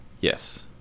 Yes